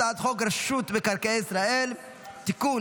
הצעת חוק רשות מקרקעי ישראל (תיקון,